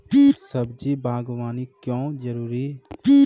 सब्जी बागवानी क्यो जरूरी?